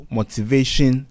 motivation